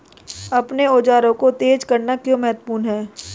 अपने औजारों को तेज करना क्यों महत्वपूर्ण है?